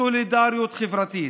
סולידריות חברתית.